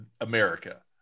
america